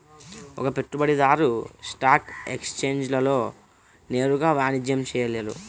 ఒక పెట్టుబడిదారు స్టాక్ ఎక్స్ఛేంజ్లలో నేరుగా వాణిజ్యం చేయలేరు